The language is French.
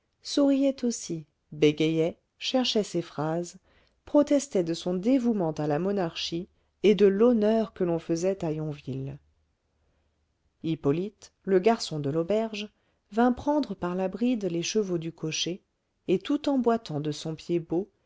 souriait aussi bégayait cherchait ses phrases protestait de son dévouement à la monarchie et de l'honneur que l'on faisait à yonville hippolyte le garçon de l'auberge vint prendre par la bride les chevaux du cocher et tout en boitant de son